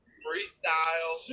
freestyle